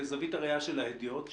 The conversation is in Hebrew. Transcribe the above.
בזווית הראייה של הידיעות,